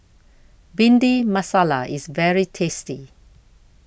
Bhindi Masala is very tasty